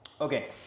Okay